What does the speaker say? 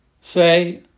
say